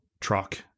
truck